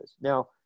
Now